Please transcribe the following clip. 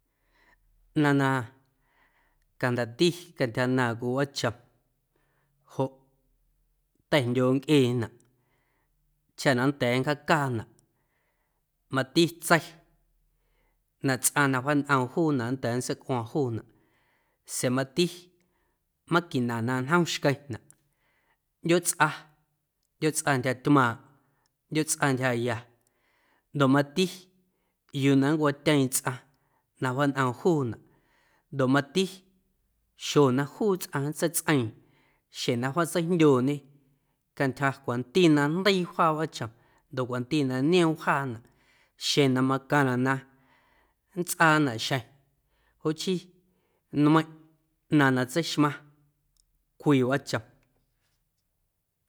Ꞌnaⁿ na canda̱a̱ꞌti cantyja ꞌnaaⁿꞌ cwii wꞌaachom joꞌ ta̱jndyooꞌ ncꞌeenaꞌ chaꞌ na nnda̱a̱ nncjaacaanaꞌ mati tsei na tsꞌaⁿ na wjaañꞌoom juunaꞌ nnda̱a̱ nntseicꞌuo̱o̱ⁿ juunaꞌ sa̱a̱ mati maquina na ñjom xqueⁿnaꞌ ꞌndyootsꞌa, ꞌndyootsꞌa ntyjatymaaⁿꞌ, ꞌndyootsꞌa ntyjaaya ndoꞌ mati yuu na nncwatyeeⁿ na wjaañꞌoom juunaꞌ ndoꞌ mati xjo na juu tsꞌaⁿ nntseitsꞌeiiⁿ xjeⁿ na wjaatseijndyooñe cantyja cwanti na jndeii wjaa wꞌaachom ndoꞌ cwanti na nioom wjaanaꞌ xeⁿ na macaⁿnaꞌ na nntsꞌaanaꞌ xjeⁿ joꞌ chii nmeiⁿꞌ ꞌnaⁿ na tseixmaⁿ cwii wꞌaachom.